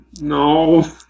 No